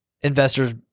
investors